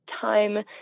time